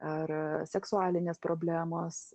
ar seksualinės problemos